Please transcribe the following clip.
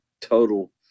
total